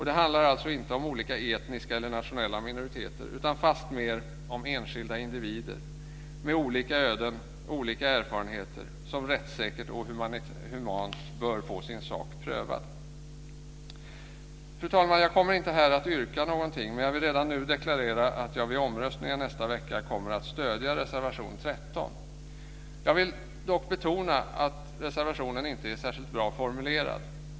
Det handlar alltså inte om olika etniska eller nationella minoriteter utan fastmer om enskilda individer med olika öden och olika erfarenheter som rättssäkerhet och humant bör få sin sak prövad. Fru talman! Jag kommer inte här att yrka någonting. Men jag vill redan nu deklarera att jag vid omröstningen nästa vecka kommer att stödja reservation 13. Jag vill dock betona att reservationen inte är särskilt bra formulerad.